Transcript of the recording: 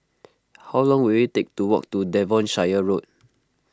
how long will it take to walk to Devonshire Road